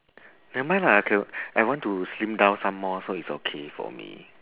never mind lah K I want to slim down some more so it's okay for me